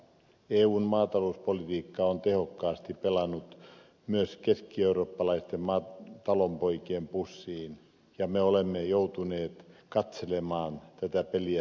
eun maatalouspolitiikka on tehokkaasti pelannut myös keskieurooppalaisten talonpoikien pussiin ja me olemme joutuneet katselemaan tätä peliä sivusta